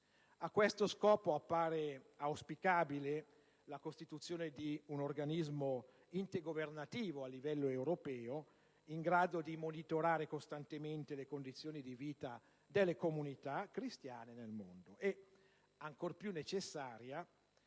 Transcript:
A questo scopo appare auspicabile la costituzione di un organismo intergovernativo a livello europeo, in grado di monitorare costantemente le condizioni di vita delle comunità cristiane nel mondo. E occorre, in modo ancor più necessario,